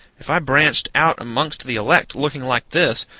if i branched out amongst the elect looking like this,